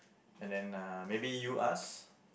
and then uh maybe you ask